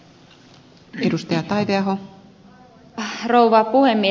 arvoisa rouva puhemies